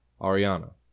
Ariana